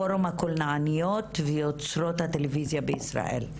פורום הקולנועניות ויוצרות הטלויזיה בישראל,